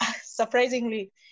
surprisingly